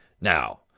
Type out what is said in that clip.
Now